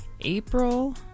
April